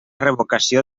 revocació